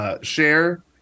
share